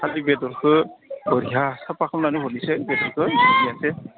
खालि बेदरखौ बरिया साफा खालामनानै हरनोसै बेदरखौ औ